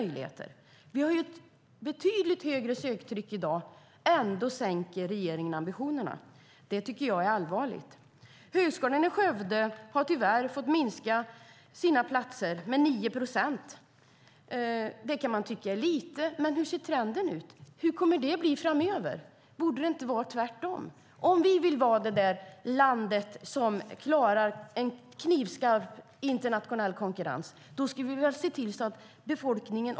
Det är allvarligt. Högskolan i Skövde har tyvärr fått minska antalet platser med 9 procent. Det kan tyckas lite, men hur ser trenden ut? Hur kommer det att bli framöver? Borde det inte vara tvärtom?